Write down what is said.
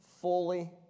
Fully